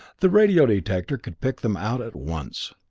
the radio detector could pick them out at once.